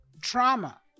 trauma